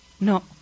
No